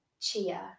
chia